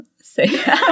say